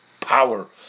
Power